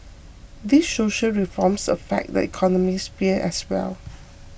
these social reforms affect the economic sphere as well